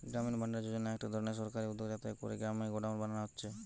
গ্রামীণ ভাণ্ডার যোজনা একটা ধরণের সরকারি উদ্যগ যাতে কোরে গ্রামে গোডাউন বানানা হচ্ছে